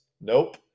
Nope